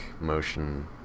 motion